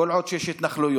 כל עוד יש התנחלויות,